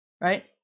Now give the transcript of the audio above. right